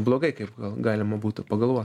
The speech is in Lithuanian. blogai kaip gal galima būtų pagalvot